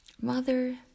Mother